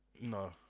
No